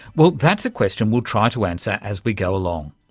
well, that's a question we'll try to answer as we go along.